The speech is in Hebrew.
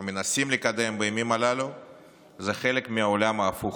או מנסים לקדם, בימים הללו היא חלק מהעולם ההפוך.